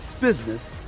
business